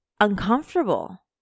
uncomfortable